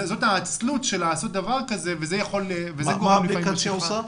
העצלות של לעשות דבר כזה וזה --- מה האפליקציה עושה?